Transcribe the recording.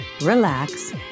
relax